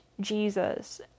Jesus